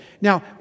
Now